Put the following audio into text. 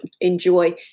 enjoy